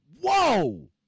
Whoa